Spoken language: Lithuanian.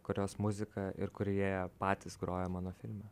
kurios muzika ir kur jie patys groja mano filme